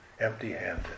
empty-handed